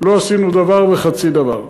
לא עשינו דבר וחצי דבר.